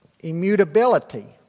Immutability